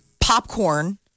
Popcorn